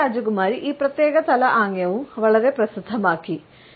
Diana രാജകുമാരി ഈ പ്രത്യേക തല ആംഗ്യവും വളരെ പ്രസിദ്ധമാക്കി